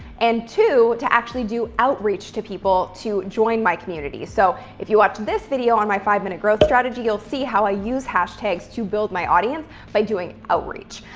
and two, to actually do outreach to people to join my community. so if you watch this video on my five minute growth strategy, you'll see how i use hashtags to build my audience by doing outreach.